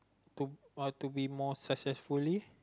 to uh to be more successfully